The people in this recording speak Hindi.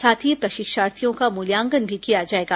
साथ ही प्रशिक्षार्थियों का मूल्यांकन भी किया जाएगा